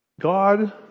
God